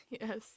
yes